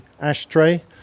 ashtray